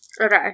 Okay